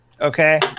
Okay